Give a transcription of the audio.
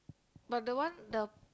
but the one the